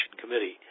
committee